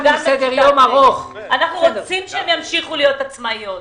אנחנו רוצים שימשיכו להיות עצמאיות.